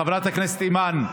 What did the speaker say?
חברת הכנסת אימאן,